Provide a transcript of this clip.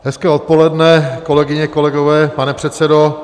Hezké odpoledne, kolegyně, kolegové, pane předsedo.